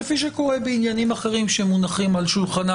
כפי שקורה בעניינים אחרים שמונחים על שולחנה